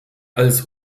als